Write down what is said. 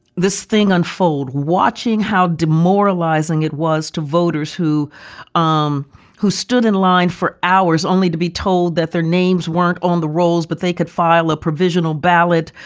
this thing unfold, watching how demoralizing it was to voters who um who stood in line for hours, only to be told that their names weren't on the rolls, but they could file a provisional ballot.